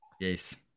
Yes